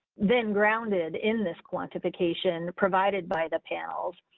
then grounded in this quantification provided by the panels.